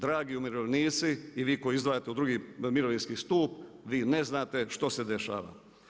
Dragi umirovljenici i vi koji izdvajate u drugi mirovinski stup, vi ne znate što se dešava.